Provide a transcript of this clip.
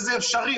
זה אפשרי.